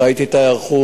ראיתי את ההיערכות,